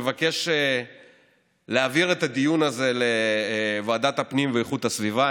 מבקש להעביר את הדיון הזה לוועדת הפנים ואיכות הסביבה.